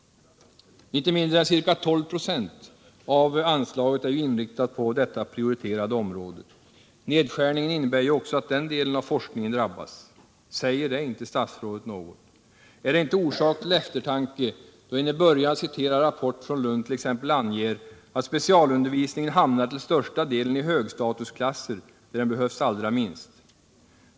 Inte mindre än 12 96 av anslaget är inriktat just på detta prioriterade område. Nedskärningen innebär alltså att också den delen av forskningen drabbas. Säger detta inte statsrådet något? Är det inte orsak till eftertanke att den citerade rapporten från Lund t.ex. anger att specialundervisningen till största delen hamnar i högstatusklasser, där den behövs allra minst?